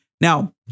Now